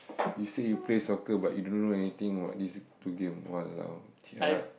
you say you play soccer but you don't know anything about these two game !walao! jialat